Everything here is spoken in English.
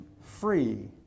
free